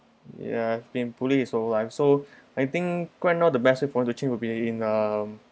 ya he been bully also I'm so I think right now all the best for him to change will be in uh